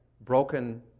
Broken